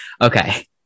okay